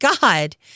God